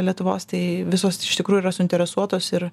lietuvos tai visos iš tikrųjų yra suinteresuotos ir